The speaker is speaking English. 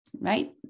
right